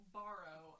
borrow